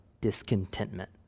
discontentment